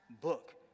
book